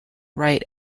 right